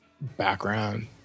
background